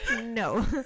No